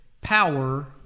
power